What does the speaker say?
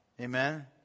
Amen